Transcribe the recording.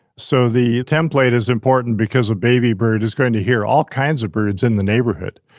so the template is important because a baby bird is gonna hear all kinds of birds in the neighborhood,